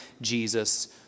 Jesus